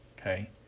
okay